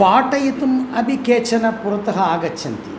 पाठयितुम् अपि केचन पुरतः आगच्छन्ति